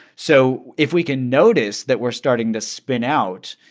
so if we can notice that we're starting to spin out,